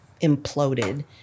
imploded